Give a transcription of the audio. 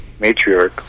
matriarch